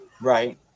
Right